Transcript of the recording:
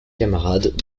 camarades